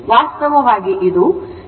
ವಾಸ್ತವವಾಗಿ ಇದು N pole ಮತ್ತು S ಪೋಲ್ ಆಗಿದೆ